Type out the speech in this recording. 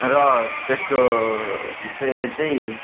र त्यसको पेले चाहिँ